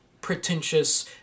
pretentious